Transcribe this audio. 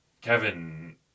Kevin